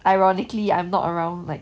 ironically I'm not around like